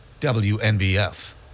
WNBF